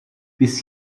bis